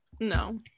No